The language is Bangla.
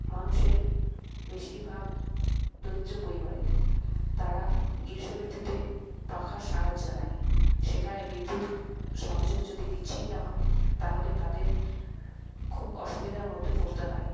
মানুষের বেশিরভাগ দরিদ্র পরিবারের তারা গ্রীষ্ম ঋতুতে পাখার সাহায্য নেয় সেখানে বিদ্যুৎ সংযোগ যদি বিচ্ছিন্ন হয় তাহলে তাদের খুব অসুবিধার মধ্যে পড়তে হয়